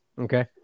okay